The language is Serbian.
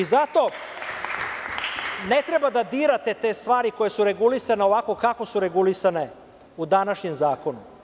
Zato ne treba da dirate te stvari koje su regulisane ovako kako su regulisane u današnjem zakonu.